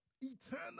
eternal